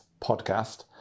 podcast